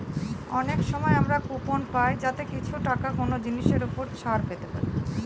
অনেক সময় আমরা কুপন পাই যাতে কিছু টাকা কোনো জিনিসের ওপর ছাড় পেতে পারি